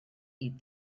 eat